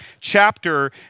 chapter